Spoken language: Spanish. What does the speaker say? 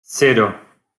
cero